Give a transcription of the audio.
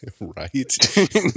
Right